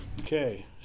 Okay